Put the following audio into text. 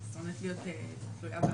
הפניתי את אלעזר,